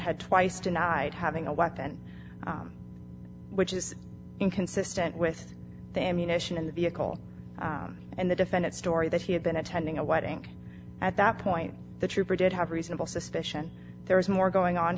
had twice denied having a weapon which is inconsistent with the ammunition in the vehicle and the defendant story that he had been attending a wedding at that point the trooper did have reasonable suspicion there was more going on